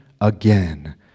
again